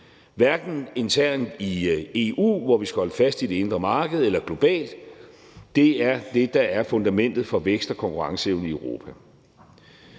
hverken internt i EU, hvor vi skal holde fast i det indre marked, eller globalt. Det er det, der er fundamentet for vækst og konkurrenceevne i Europa.